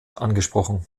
angesprochen